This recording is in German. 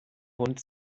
hund